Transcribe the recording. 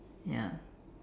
ya